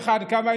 שוואיה-שוואיה.